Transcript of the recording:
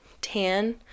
tan